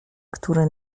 które